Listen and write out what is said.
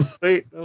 wait